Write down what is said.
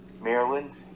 Maryland